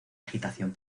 agitación